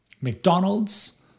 McDonald's